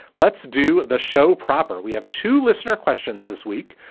let's do the show proper. we have two listener questions this week.